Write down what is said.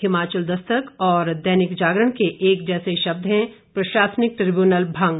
हिमाचल दस्तक और दैनिक जागरण के एक जैसे शब्द है प्रशासनिक ट्रिब्यूनल भंग